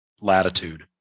latitude